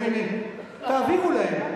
תעבירו להם.